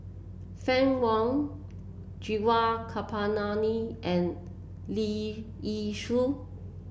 Fann Wong Gaurav Kripalani and Leong Yee Soo